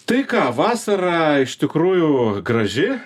tai ką vasara iš tikrųjų graži